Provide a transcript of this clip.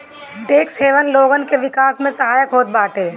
tax haven लोगन के विकास में सहायक होत बाटे